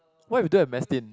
what if you don't have mass tin